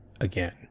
again